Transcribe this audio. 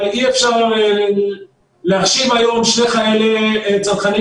אבל אי-אפשר להכשיר היום שני חיילי צנחנים